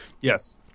yes